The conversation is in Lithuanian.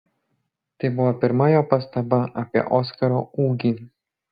tai buvo pirma jo pastaba apie oskaro ūgį